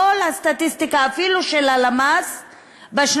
כל הסטטיסטיקה בשנתיים